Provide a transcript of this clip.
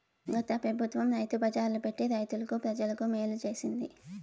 గత పెబుత్వం రైతు బజార్లు పెట్టి రైతులకి, ప్రజలకి మేలు చేసింది